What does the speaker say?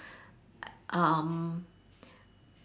um